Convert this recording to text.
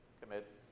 commits